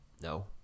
No